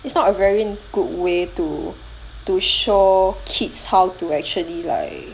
it's not a very good way to to show kids how to actually like